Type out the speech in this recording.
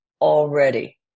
already